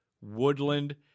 Woodland